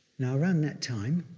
now around that time,